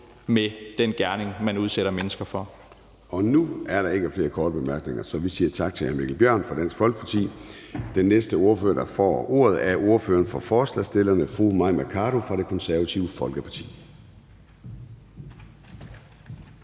med den gerning, man udsætter mennesker for. Kl. 12:33 Formanden (Søren Gade): Nu er der ikke flere korte bemærkninger, så vi siger tak til hr. Mikkel Bjørn fra Dansk Folkeparti. Den næste ordfører, der får ordet, er ordføreren for forslagsstillerne, fru Mai Mercado fra Det Konservative Folkeparti.